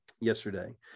yesterday